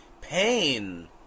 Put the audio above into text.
pain